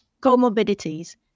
Comorbidities